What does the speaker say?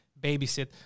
babysit